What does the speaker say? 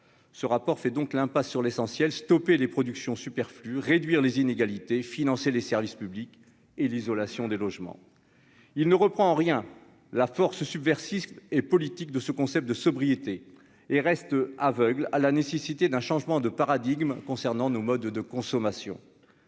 ce rapport fait donc l'impasse sur l'essentiel : stopper les productions superflus, réduire les inégalités, financer les services publics et l'isolation des logements, il ne reprend rien la force subversive et politique de ce concept de sobriété et reste aveugle à la nécessité d'un changement de paradigme concernant nos modes de consommation,